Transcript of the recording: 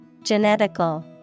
Genetical